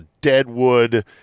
Deadwood